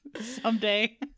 someday